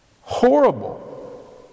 Horrible